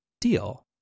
deal